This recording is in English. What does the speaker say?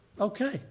Okay